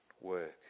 work